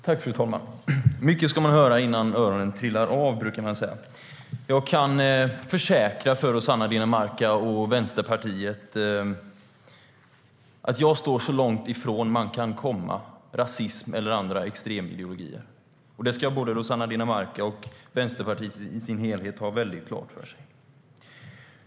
Fru talman! Mycket ska man höra innan öronen trillar av, brukar det sägas. Jag kan försäkra Rossana Dinamarca och Vänsterpartiet att jag står så långt ifrån rasism eller andra extremideologier som man kan komma. Det ska både Rossana Dinamarca och Vänsterpartiet i sin helhet ha väldigt klart för sig.